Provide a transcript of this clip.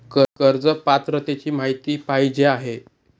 कर्ज पात्रतेची माहिती पाहिजे आहे?